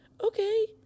Okay